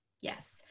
Yes